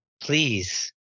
please